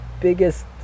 biggest